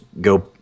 go